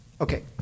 Okay